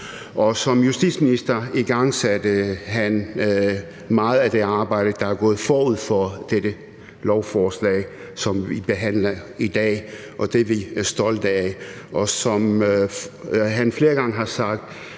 som justitsminister igangsatte han meget af det arbejde, der er gået forud for det lovforslag, som vi behandler i dag, og det er vi stolte af. Og som han flere gange har sagt,